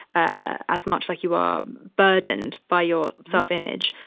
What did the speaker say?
ah as much like you are burdened by your self image.